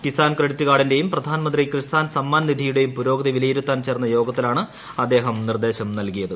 Kisan credit കാർഡിന്റെയും പ്രധാൻമന്ത്രി കിസാൻ സമ്മാൻ നിധിയുടെയും പുരോഗതി വിലയിരുത്താൻ ചേർന്ന യോഗത്തിലാണ് അദ്ദേഹം നിർദ്ദേശം നൽകിയത്